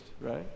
right